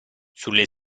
sulle